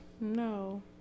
No